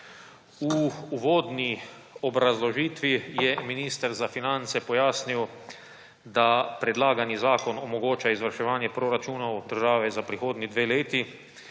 V uvodni obrazložitvi je minister za finance pojasnil, da predlagani zakon omogoča izvrševanje proračunov države za prihodnji dve leti.